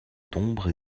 d’ombre